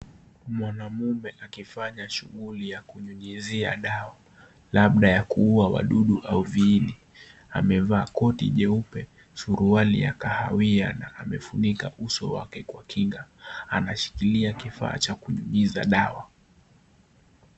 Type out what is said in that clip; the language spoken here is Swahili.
Mwanaume akifanya shughuli ya kunyunyizia dawa, labda ya kuua wadudu au viini. Amevaa koti jeupe na suruali ya kahawia na amefunika uso wake kwa kinga. Anashika kifaa cha kunyunyiza dawa.